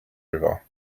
river